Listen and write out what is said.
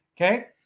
Okay